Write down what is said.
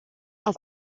auf